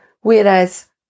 Whereas